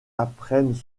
apprennent